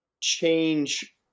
change